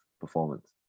performance